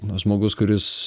na žmogus kuris